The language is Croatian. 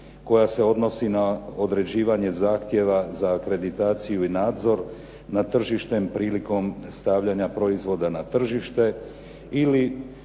koja se odnosi na određivanje zahtjeva za akreditaciju i nadzor na tržištu prilikom stavljanja proizvoda na tržište ili